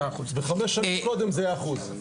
וחמש שנים קודם זה היה אחוז.